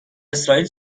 اسرائیل